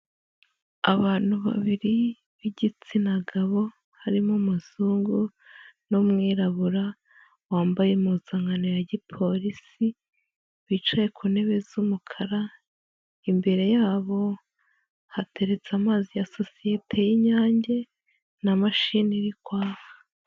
Abantu babiri b'igitsina gabo, harimo umuzungu n'umwirabura wambaye impuzankano ya gipolisi, bicaye ku ntebe z'umukara, imbere yabo hateretse amazi ya sosiyete y'Inyange na mashini iri kwaka.